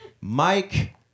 Mike